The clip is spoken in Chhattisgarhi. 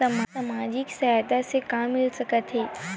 सामाजिक सहायता से का मिल सकत हे?